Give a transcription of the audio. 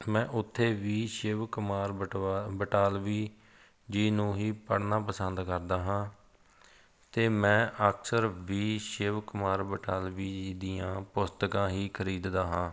ਮੈਂ ਉੱਥੇ ਵੀ ਸ਼ਿਵ ਕੁਮਾਰ ਬਟਵਾ ਬਟਾਲਵੀ ਜੀ ਨੂੰ ਹੀ ਪੜ੍ਹਨਾ ਪਸੰਦ ਕਰਦਾ ਹਾਂ ਅਤੇ ਮੈਂ ਅਕਸਰ ਵੀ ਸ਼ਿਵ ਕੁਮਾਰ ਬਟਾਲਵੀ ਜੀ ਦੀਆਂ ਪੁਸਤਕਾਂ ਹੀ ਖਰੀਦਦਾ ਹਾਂ